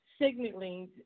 signaling